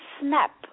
snap